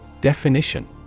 Definition